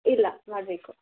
ಇಲ್ಲ ಮಾಡಬೇಕು